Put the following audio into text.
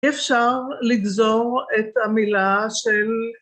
אפשר לגזור את המילה של